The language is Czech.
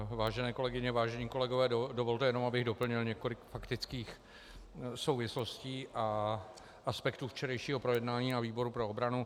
Vážené kolegyně, vážení kolegové, dovolte jenom, abych doplnil několik faktických souvislostí a aspektů včerejšího projednání na výboru pro obranu.